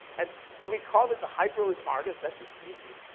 and we called it the hyperolius argus, that's the species,